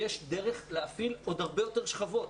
יש דרך להפעיל עוד הרבה יותר שכבות,